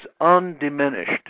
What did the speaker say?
undiminished